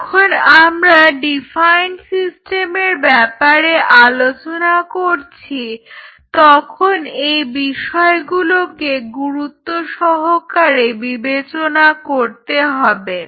যখন আমরা ডিফাইন্ড সিস্টেমের ব্যাপারে আলোচনা করছি তখন এই বিষয়গুলোকে গুরুত্বসহকারে বিবেচনা করতে হবে